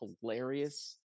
hilarious